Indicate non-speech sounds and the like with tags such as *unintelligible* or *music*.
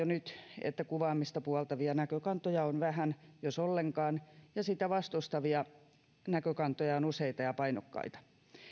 *unintelligible* nyt että kuvaamista puoltavia näkökantoja on vähän jos ollenkaan ja sitä vastustavia näkökantoja on useita ja painokkaita